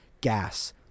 gas